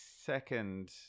second